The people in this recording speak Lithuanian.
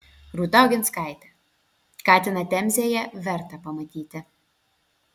rūta oginskaitė katiną temzėje verta pamatyti